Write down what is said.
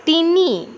তিনি